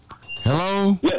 Hello